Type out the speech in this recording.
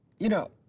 you know,